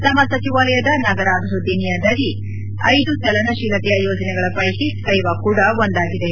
ತಮ್ಮ ಸಚಿವಾಲಯದ ನಗರ ಅಭಿವೃದ್ಧಿ ನಿಧಿಯಡಿ ಐದು ಚಲನಶೀಲತೆಯ ಯೋಜನೆಗಳ ಪೈಕಿ ಸೈವಾಕ್ ಕೂಡ ಒಂದಾಗಿದೆ